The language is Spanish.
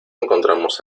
encontramos